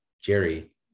Jerry